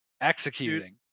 executing